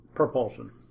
Propulsion